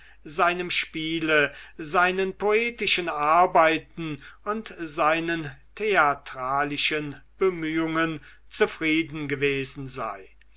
seinem spiele seinen poetischen arbeiten und seinen theatralischen bemühungen zufrieden gewesen sei